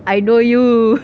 I know you